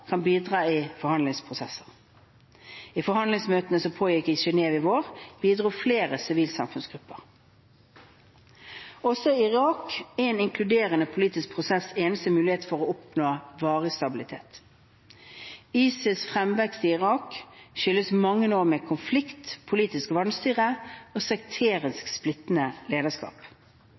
kan bidra i forhandlingsprosesser. I forhandlingsmøtene som pågikk i Genève i vår, bidro flere sivilsamfunnsgrupper. Også i Irak er en inkluderende politisk prosess eneste mulighet for å oppnå varig stabilitet. ISILs fremvekst i Irak skyldes mange år med konflikt, politisk vanstyre og sekterisk splittende lederskap.